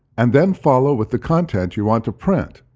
and then follow with the content you want to print.